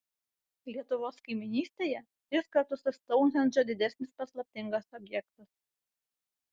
lietuvos kaimynystėje tris kartus už stounhendžą didesnis paslaptingas objektas